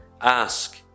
ask